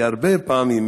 הרבה פעמים,